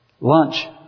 lunch